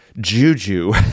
juju